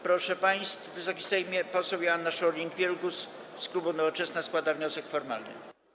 Proszę państwa, Wysoki Sejmie, poseł Joanna Scheuring-Wielgus z klubu Nowoczesna składa wniosek formalny.